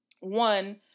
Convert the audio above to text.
one